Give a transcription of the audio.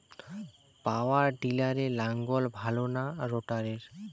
পাওয়ার টিলারে লাঙ্গল ভালো না রোটারের?